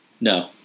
No